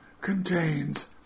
contains